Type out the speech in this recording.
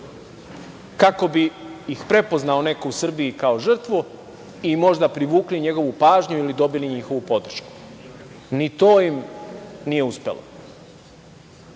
kako bi ih prepoznao neko u Srbiji kao žrtvu i možda privukli njegovu pažnju ili dobili njihovu podršku. Ni to im nije uspelo. Veoma